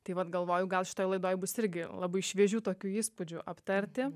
tai vat galvoju gal šitoj laidoj bus irgi labai šviežių tokių įspūdžių aptarti